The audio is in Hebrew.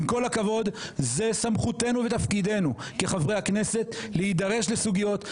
עם כל הכבוד זה סמכותנו ותפקידנו כחברי הכנסת להידרש לסוגיות,